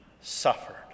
suffered